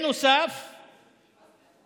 נוסף על כך,